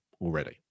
already